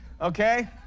okay